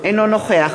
אינו נוכח